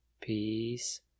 peace